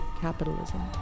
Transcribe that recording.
capitalism